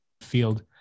field